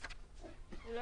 הוא לא